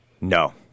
No